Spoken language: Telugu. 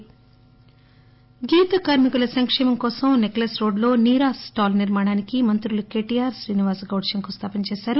నీరా స్టాల్ గీత కార్మికుల సంకేమం కోసం నెక్లెస్ రోడ్డులో నీరా స్టాల్ నిర్మాణానికి మంత్రులు కేటీఆర్ శ్రీనివాస్గౌడ్ శంకుస్థాపన చేశారు